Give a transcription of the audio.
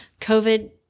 COVID